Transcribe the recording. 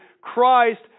Christ